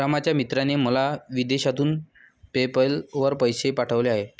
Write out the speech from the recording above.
रामच्या मित्राने मला विदेशातून पेपैल वर पैसे पाठवले आहेत